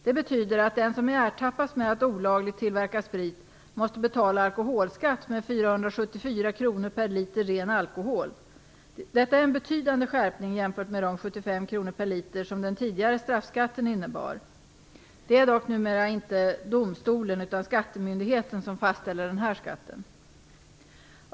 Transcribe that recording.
Det betyder att den som ertappas med att olagligt tillverka sprit måste betala alkoholskatt med 474 kr per liter ren alkohol. Detta är en betydande skärpning jämfört med de 75 kr per liter som den tidigare straffskatten innebar. Det är dock numera inte domstolen utan skattemyndigheten som fastställer den här skatten.